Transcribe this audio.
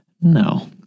No